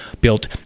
built